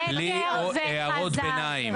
12:04) בלי הערות ביניים,